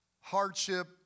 hardship